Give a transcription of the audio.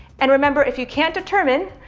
and remember, if you can't determine,